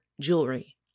jewelry